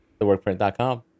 theworkprint.com